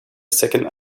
second